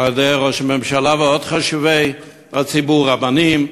על-ידי ראש הממשלה ועוד חשובי הציבור, רבנים,